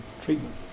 treatment